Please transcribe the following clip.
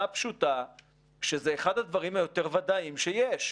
הפשוטה שזה אחד הדברים היותר ודאיים שיש.